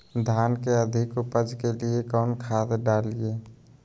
धान के अधिक उपज के लिए कौन खाद डालिय?